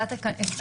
הקראה.